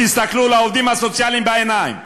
תסתכלו לעובדים הסוציאליים בעיניים,